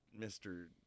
Mr